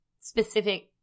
specific